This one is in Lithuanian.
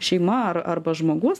šeima ar arba žmogus